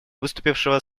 выступившего